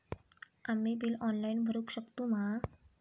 आम्ही bill online भरुक शकतू मा?